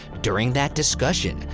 during that discussion,